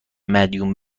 مدیون